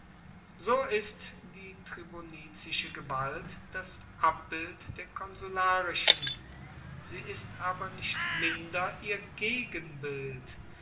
so ist die tribunizische gewalt das abbild der konsularischen sie ist aber nicht minder ihr gegenbild